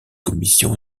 commissions